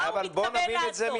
מה הוא מתכוון לעשות?